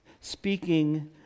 speaking